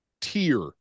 tier